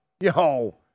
Yo